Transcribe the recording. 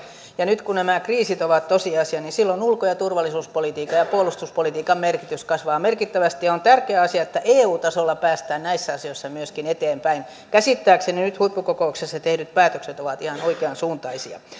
ja nyt kun nämä kriisit ovat tosiasia silloin ulko ja turvallisuuspolitiikan ja puolustuspolitiikan merkitys kasvaa merkittävästi ja on tärkeä asia että eu tasolla päästään näissä asioissa myöskin eteenpäin käsittääkseni nyt huippukokouksessa tehdyt päätökset ovat ihan oikeansuuntaisia